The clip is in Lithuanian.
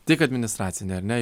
tik administracine ar ne